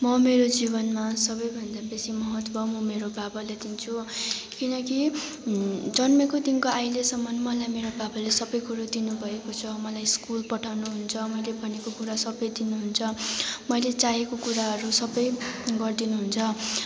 म मेरो जीवनमा सबैभन्दा बेसी महत्त्व म मेरो बाबालाई दिन्छु किनकि जन्मेकोदेखिको अहिलेसम्म मलाई मेरो बाबाले सबै कुरा दिनुभएको छ मलाई स्कुल पठाउनु हुन्छ मैले भनेको कुरा सबै दिनुहुन्छ मैले चाहेको कुराहरू सबै गरिदिनु हुन्छ